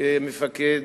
כמפקד,